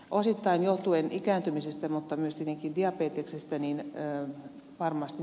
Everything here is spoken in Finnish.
osittain johtuen ikääntymisestä mutta myös tietenkin diabeteksestä varmasti näkövammaisten